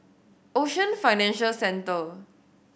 Ocean Financial Centre